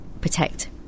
protect